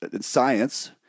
Science